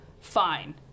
Fine